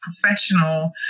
professional